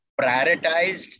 prioritized